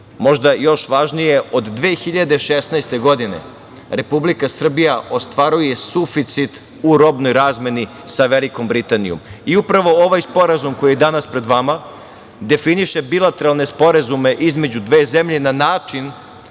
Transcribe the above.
možda još važnije, od 2016. godine Republika Srbija ostvaruje suficit u robnoj razmeni sa Velikom Britanijom i upravo ovaj sporazum koji je danas pred vama definiše bilateralne sporazume između dve zemlje na način